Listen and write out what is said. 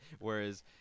whereas